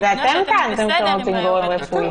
זה אתם טענתם שאתם רוצים גורם רפואי.